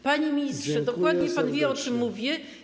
Panie ministrze, dokładnie pan wie, o czym ja mówię.